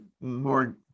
more